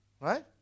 right